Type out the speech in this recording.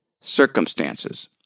circumstances